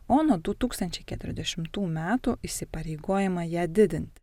o nuo du tūkstančiai keturiasdešimtų metų įsipareigojama ją didint